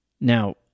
Now